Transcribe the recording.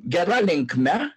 gera linkme